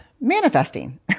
manifesting